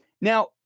Now